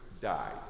died